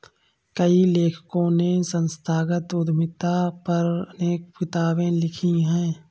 कई लेखकों ने संस्थागत उद्यमिता पर अनेक किताबे लिखी है